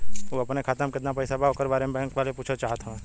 उ अपने खाते में कितना पैसा बा ओकरा बारे में बैंक वालें से पुछल चाहत हवे?